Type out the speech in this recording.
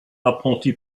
apprenti